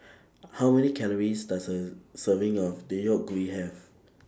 How Many Calories Does A Serving of Deodeok Gui Have